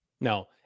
No